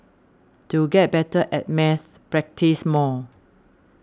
to get better at maths practise more